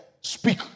Speak